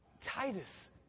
Titus